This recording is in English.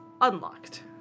unlocked